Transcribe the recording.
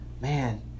man